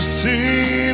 see